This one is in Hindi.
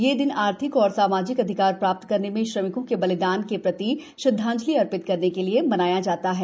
यह दिन आर्थिक और सामाजिक अधिकार प्राप्त करने में श्रमिकों के बलिदान के प्रति श्रद्धांजलि अर्पित करने के लिये मनाया जाता है